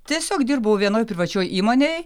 tiesiog dirbau vienoj privačioj įmonėj